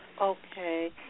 Okay